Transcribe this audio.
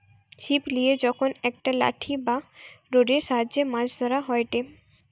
ছিপ লিয়ে যখন একটা লাঠি বা রোডের সাহায্যে মাছ ধরা হয়টে